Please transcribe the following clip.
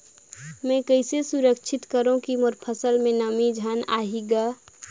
मैं कइसे सुरक्षित करो की मोर फसल म नमी झन होही ग?